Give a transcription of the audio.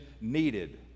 needed